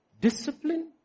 Discipline